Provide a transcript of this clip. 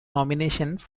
nominations